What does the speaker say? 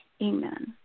Amen